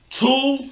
two